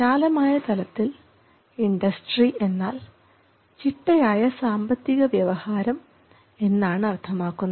വിശാലമായ തലത്തിൽ ഇൻഡസ്ട്രി എന്നാൽ ചിട്ടയായ സാമ്പത്തിക വ്യവഹാരം എന്നാണ് അർത്ഥമാക്കുന്നത്